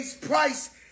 Price